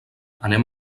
anem